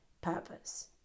purpose